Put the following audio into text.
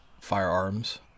firearms